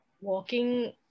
walking